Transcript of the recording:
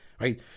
right